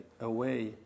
away